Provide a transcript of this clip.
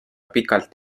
pikalt